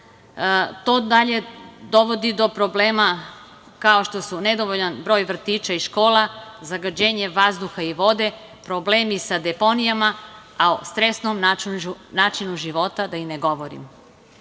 To dalje dovodi do problema, kao što su nedovoljan broj vrtića i škola, zagađenje vazduha i vode, problemi sa deponijama, a o stresnom načinu života da i ne govorimo. Jaz